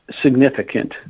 significant